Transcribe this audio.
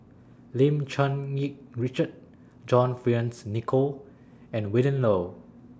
Lim Cherng Yih Richard John Fearns Nicoll and Willin Low